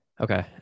Okay